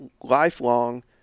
lifelong